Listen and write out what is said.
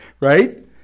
Right